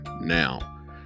Now